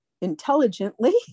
intelligently